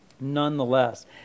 nonetheless